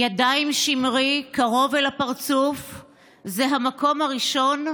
/ ידיים שמרי קרוב אל הפרצוף / זה המקום הראשון,